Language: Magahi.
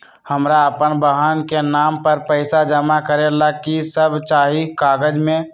हमरा अपन बहन के नाम पर पैसा जमा करे ला कि सब चाहि कागज मे?